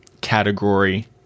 category